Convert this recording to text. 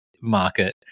market